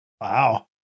Wow